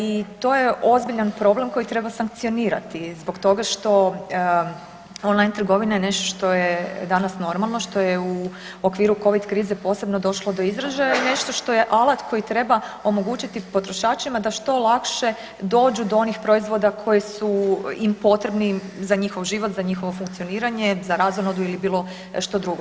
I to je ozbiljan problem koji treba sankcionirati zbog toga što online trgovina je nešto što je danas normalno što je u okviru covid krize posebno došlo do izražaja je nešto što je alat koji treba omogućiti potrošačima da što lakše dođu do onih proizvoda koji su im potrebni za njihov život, za njihovo funkcioniranje, za razonodu ili bilo što drugo.